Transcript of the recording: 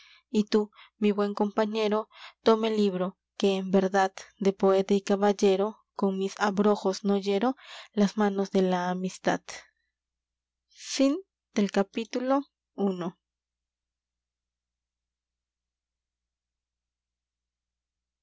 y tú mi buen compañero libro y toma el que en verdad de poeta mis caballero no con abrojos hiero las manos de la amistad abrojos i t